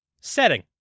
Setting